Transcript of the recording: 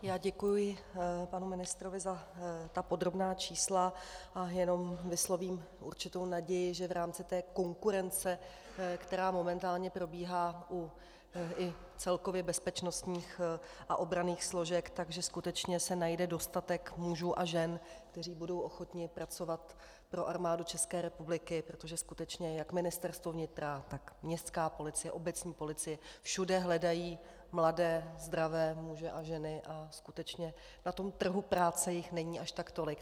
Já děkuji panu ministrovi za ta podrobná čísla a jenom vyslovím určitou naději, že v rámci té konkurence, která momentálně probíhá u celkově bezpečnostních a obranných složek, se najde skutečně dostatek mužů a žen, kteří budou ochotni pracovat pro Armádu České republiky, protože skutečně jak Ministerstvo vnitra, tak městská policie, obecní policie, všude hledají mladé zdravé muže a ženy a skutečně na trhu práce jich není zas až tak tolik.